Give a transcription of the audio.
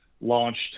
launched